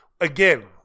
Again